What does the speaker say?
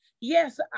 yes